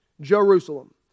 Jerusalem